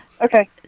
Okay